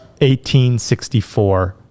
1864